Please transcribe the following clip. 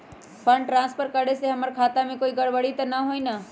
Fund transfer करे से हमर खाता में कोई गड़बड़ी त न होई न?